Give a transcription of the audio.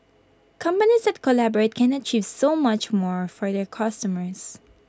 companies that collaborate can achieve so much more for their customers